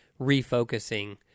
refocusing